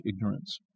ignorance